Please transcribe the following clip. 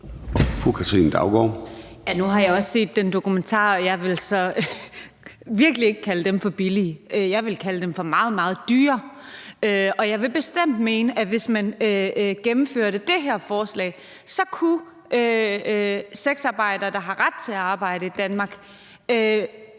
Nu har jeg også set den dokumentar, og jeg vil virkelig ikke kalde dem for billige; jeg vil kalde dem for meget, meget dyre. Og jeg vil bestemt mene, at hvis man gennemførte det her forslag, kunne sexarbejdere, der har ret til at arbejde i Danmark,